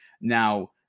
Now